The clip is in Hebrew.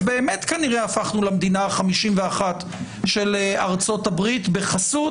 אז באמת כנראה הפכנו למדינה ה-51 של ארצות הברית בחסות,